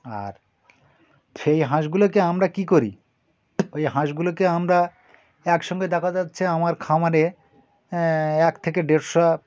আর সেই হাঁসগুলোকে আমরা কী করি ওই হাঁসগুলোকে আমরা একসঙ্গে দেখা যাচ্ছে আমার খামারে এক থেকে দেড়শো